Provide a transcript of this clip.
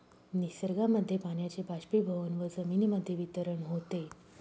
निसर्गामध्ये पाण्याचे बाष्पीभवन व जमिनीमध्ये वितरण होते